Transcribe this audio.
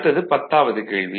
அடுத்தது பத்தாவது கேள்வி